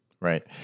Right